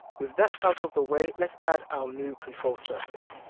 with that out of the way let's add our new control surface.